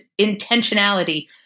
intentionality